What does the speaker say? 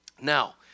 Now